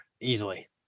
easily